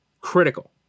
Critical